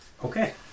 Okay